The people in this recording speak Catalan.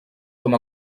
com